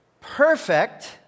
perfect